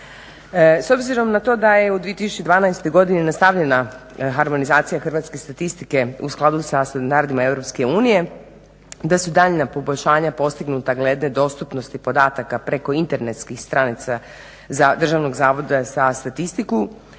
S obzirom na to da je u 2012. godini nastavljena harmonizacija hrvatske statistike u skladu sa standardima EU da su daljnja poboljšanja postignuta glede dostupnosti podataka preko internetskih stranica Državnog zavoda za statistiku,